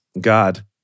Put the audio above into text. God